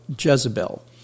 Jezebel